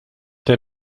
der